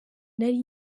nari